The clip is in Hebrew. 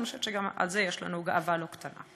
ואני חושבת שגם על זה יש לנו גאווה לא קטנה.